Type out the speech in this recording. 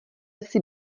jsi